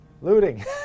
looting